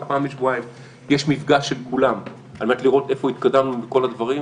פעם בשבועיים יש מפגש שכולם על מנת לראות איפה התקדמנו בכל הדברים.